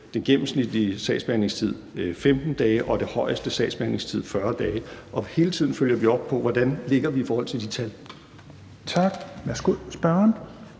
Den gennemsnitlige sagsbehandlingstid er 15 dage og den højeste sagsbehandlingstid 40 dage, og hele tiden følger vi op på, hvordan vi ligger i forhold til de tal. Kl. 13:21 Fjerde